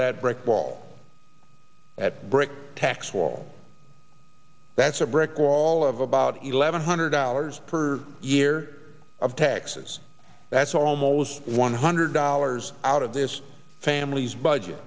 that brick wall at brick tax wall that's a brick wall of about eleven hundred dollars per year of taxes that's almost one hundred dollars out of this family's budget